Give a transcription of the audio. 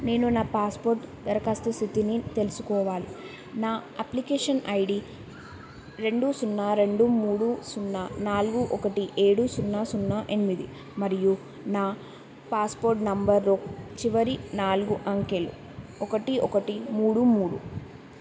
నేను నా పాస్పోర్ట్ దరఖాస్తు స్థితిని తెలుసుకోవాలి నా అప్లికేషన్ ఐడీ రెండు సున్నా రెండు మూడు సున్నా నాలుగు ఒకటి ఏడు సున్నా సున్నా ఎనిమిది మరియు నా పాస్పోర్ట్ నంబరు చివరి నాలుగు అంకెలు ఒకటి ఒకటి మూడు మూడు